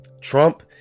Trump